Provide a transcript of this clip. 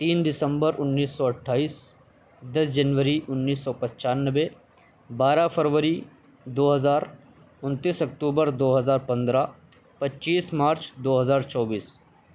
تین دسمبر انیس سو اٹھائیس دس جنوری انیس سو پچانوے بارہ فروری دو ہزار انتیس اکتوبر دو ہزار پندرہ پچیس مارچ دو ہزار چوبیس